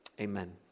amen